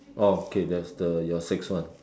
oh okay there's the your sixth one